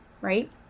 right